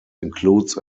includes